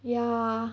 ya